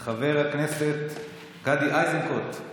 חבר הכנסת גדי איזנקוט,